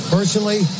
Personally